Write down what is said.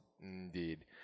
Indeed